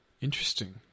Interesting